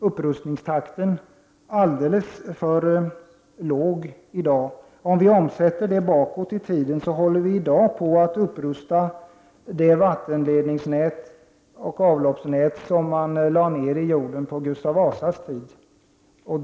Upprustningstakten i dag är alldeles för långsam. Om vi gör jämförelser bakåt i tiden kan man säga att vi i dag upprustar det vattenledningsoch avloppsnät som lades ned i jorden på Gustav Vasas tid.